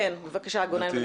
כן, בבקשה, גונן בן יצחק.